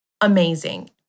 amazing